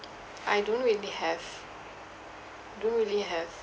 I don't really have don't really have